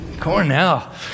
Cornell